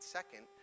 second